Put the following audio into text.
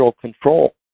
control